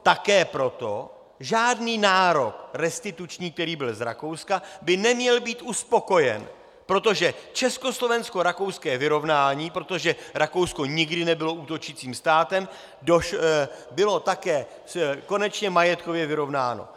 Také proto žádný nárok restituční, který byl z Rakouska, by neměl být uspokojen, protože československorakouské vyrovnání, protože Rakousko nikdy nebylo útočícím státem, bylo také konečně majetkově vyrovnáno.